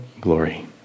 glory